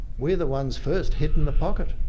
we are the ones first hit in the pocket.